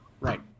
right